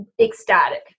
ecstatic